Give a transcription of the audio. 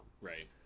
Right